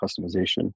customization